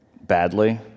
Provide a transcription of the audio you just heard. Badly